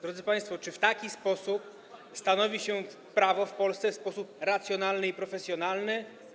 Drodzy państwo, czy w taki sposób stanowi się prawo w Polsce w sposób racjonalny i profesjonalny?